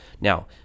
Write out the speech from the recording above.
Now